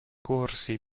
corsi